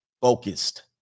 focused